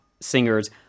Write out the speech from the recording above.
singers